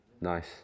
Nice